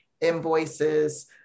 invoices